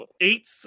Eight